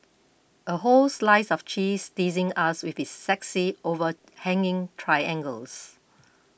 a whole slice of cheese teasing us with its sexy overhanging triangles